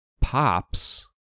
pops